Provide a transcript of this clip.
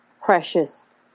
precious